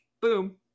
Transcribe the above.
boom